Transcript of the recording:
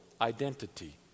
identity